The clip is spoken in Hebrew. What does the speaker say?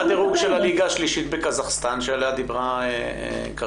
מהו הדרוג של הליגה השלישית בקזחסטן שעליה דיברה קארין.